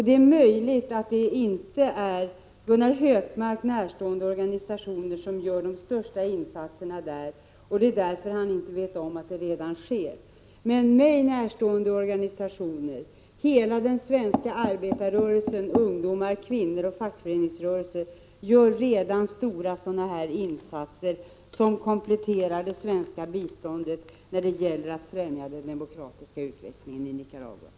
Det är möjligt att det inte är Gunnar Hökmark närstående organisationer som gör de största insatserna och att det är därför han inte vet om att det redan sker, men mig närstående organisationer — hela den svenska arbetarrörelsen, ungdomar, kvinnor och fackföreningsrörelse — gör redan stora insatser som kompletterar det svenska biståndet när det gäller att främja den demokratiska utvecklingen i Nicaragua.